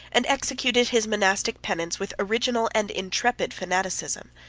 and executed his monastic penance with original and intrepid fanaticism.